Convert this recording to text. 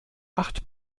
acht